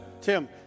Tim